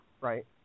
Right